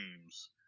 games